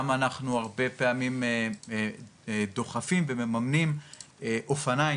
גם אנחנו הרבה פעמים דוחפים ומממנים אופניים.